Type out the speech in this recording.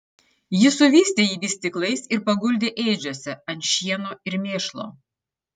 ji suvystė jį vystyklais ir paguldė ėdžiose ant šieno ir mėšlo